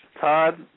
Todd